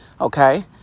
Okay